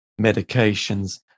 medications